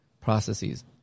processes